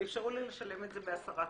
ואיפשרו לי לשלם את זה ב-10 תשלומים,